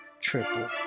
Triple